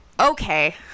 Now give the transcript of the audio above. okay